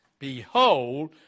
Behold